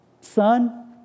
son